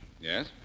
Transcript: Yes